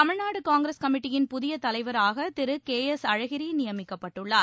தமிழ்நாடு காங்கிரஸ் கமிட்டியின் புதிய தலைவராக திரு கே எஸ் அழகிரி நியமிக்கப்பட்டுள்ளார்